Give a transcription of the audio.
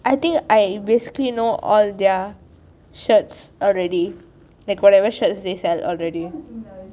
I think I basically know all their shirts already like whatever shirts they sell already